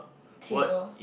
table